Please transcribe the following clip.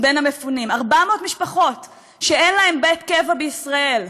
400 משפחות שאין להן בית קבע בישראל,